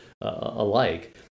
alike